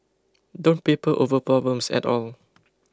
don't paper over problems at all